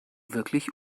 wirklich